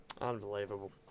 unbelievable